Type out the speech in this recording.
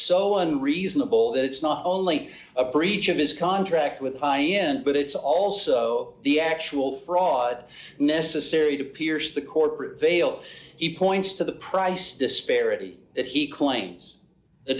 so unreasonable that it's not only a breach of his contract with high end but it's also the actual fraud necessary to pierce the corporate veil he points to the price disparity that he claims the